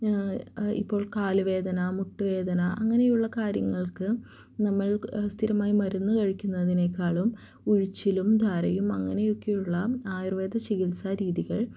ഇപ്പോൾ കാലുവേദന മുട്ടുവേദന അങ്ങനെയുള്ള കാര്യങ്ങൾക്ക് നമ്മൾ സ്ഥിരമായി മരുന്ന് കഴിക്കുന്നതിനേക്കാളും ഉഴിച്ചിലും ധാരയും അങ്ങനയൊക്കെയുള്ള ആയുർവേദ ചികിത്സാ രീതികൾ